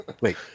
Wait